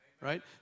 right